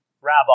rabbi